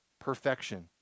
perfection